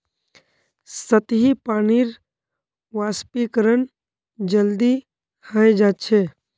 सतही पानीर वाष्पीकरण जल्दी हय जा छे